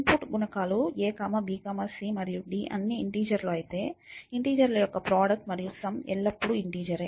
input గుణకాలు a b c మరియు d అన్నీ ఇంటిజర్ లు అయితే ఇంటిజర్ ల యొక్క ప్రోడక్ట్ మరియు సమ్ ఎల్లప్పుడూ ఇంటిజర్ లే